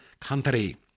country